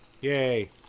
Yay